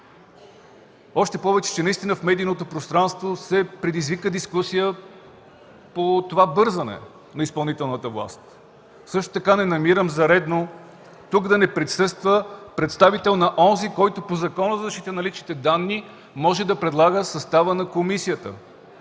Още повече, че в медийното пространство се предизвика дискусия по това бързане на изпълнителната власт. Също така не намирам за редно тук да не присъства представител на онзи, който по Закона за защита на личните данни може да предлага състава на комисията.